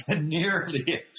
nearly